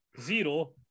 zero